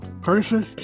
Person